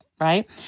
Right